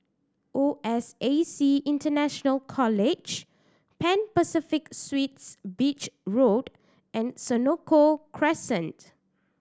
O S A C International College Pan Pacific Suites Beach Road and Senoko Crescent